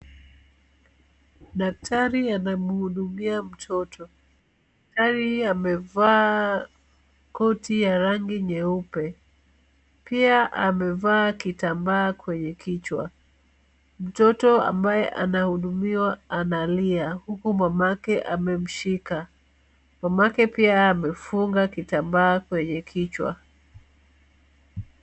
Daktari anamhudumia mtoto, daktari amevaa koti ya rangi nyeupe, pia amevaa kitambaa kwenye kichwa. Mtoto ambaye anahudumiwa analia huku mamake amemshika. Mamake pia yeye amefunga kitambaa kwenye kichwa.